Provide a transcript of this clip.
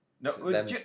No